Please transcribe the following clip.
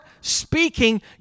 speaking